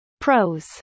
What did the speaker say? Pros